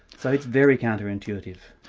so it's very counter-intuitive.